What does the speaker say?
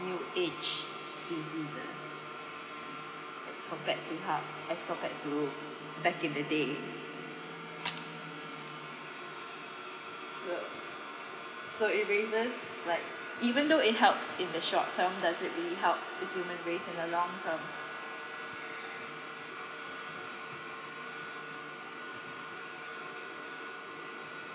new age diseases as compared to how as compared to back in the day so s~ so it raises like even though it helps in the short term does it really help the human race in the long term